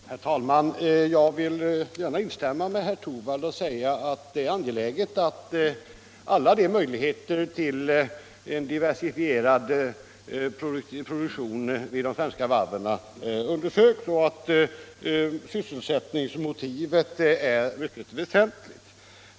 Herr talman! Jag vill instämma i vad herr Torwald sade — det är angeläget att alla möjligheter till diversifierad produktion vid de svenska varven undersöks. Sysselsättningsmotivet är mycket väsentligt.